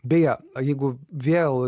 beje o jeigu vėl